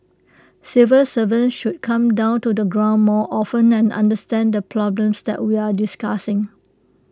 civil servants should come down to the ground more often and understand the problems that we're discussing